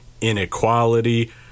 inequality